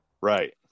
Right